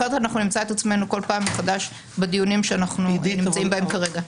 אחרת אנחנו נמצא את עצמנו בכל פעם מחדש בדיונים שאנחנו נמצאים בהם כרגע.